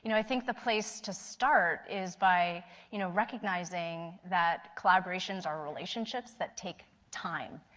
you know i think the place to start is by you know recognizing that collaborations are relationships that take time.